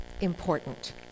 important